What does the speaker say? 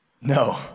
No